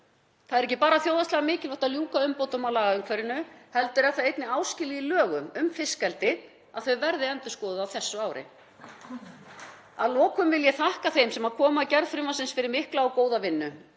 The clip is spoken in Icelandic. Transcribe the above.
Það er ekki bara þjóðhagslega mikilvægt að ljúka umbótum á lagaumhverfinu heldur er það einnig áskilið í lögum um fiskeldi að þau verði endurskoðuð á þessu ári. Að lokum vil ég þakka þeim sem komu að gerð frumvarpsins fyrir mikla og góða vinnu.